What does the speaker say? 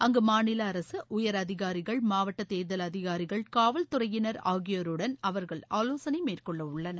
அங்கு மாநில அரசு உயர் அதிகாரிகள் மாவட்ட தேர்தல் அதிகாரிகள் காவல் துறையினர் ஆகியோருடன் அவர்கள் ஆலோசனை மேற்கொள்ளவுள்ளனர்